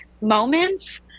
moments